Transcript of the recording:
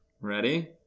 Ready